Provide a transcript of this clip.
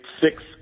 six